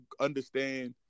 understand